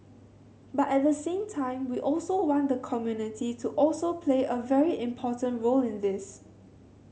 but at the same time we also want the community to also play a very important role in this